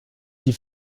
die